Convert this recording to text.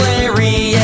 Larry